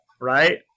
right